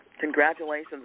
Congratulations